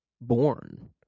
born